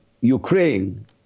Ukraine